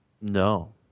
no